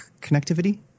connectivity